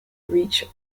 reach